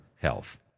health